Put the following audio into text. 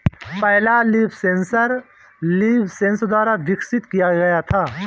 पहला leaf sensor LeafSens द्वारा विकसित किया गया था